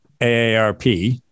AARP